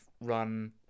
run